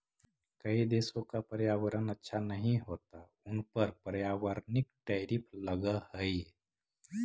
कई देशों का पर्यावरण अच्छा नहीं होता उन पर पर्यावरणिक टैरिफ लगअ हई